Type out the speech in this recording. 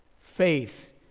faith